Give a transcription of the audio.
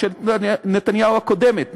ממשלת נתניהו הקודמת,